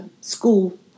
school